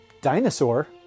dinosaur